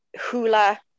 hula